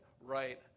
right